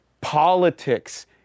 Politics